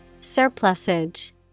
Surplusage